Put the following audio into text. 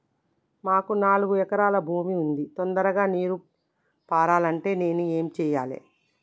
మాకు నాలుగు ఎకరాల భూమి ఉంది, తొందరగా నీరు పారాలంటే నేను ఏం చెయ్యాలే?